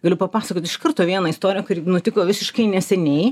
galiu papasakot iš karto vieną istoriją kuri nutiko visiškai neseniai